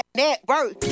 network